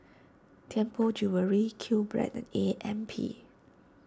Tianpo Jewellery Qbread and A M P